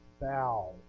bow